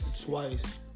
Twice